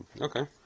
okay